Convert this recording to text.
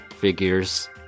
figures